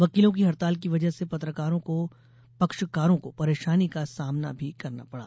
वकीलों की हड़ताल की वजह से पद्वाकारों को परेशानी का सामना भी करना पड़ा